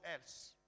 else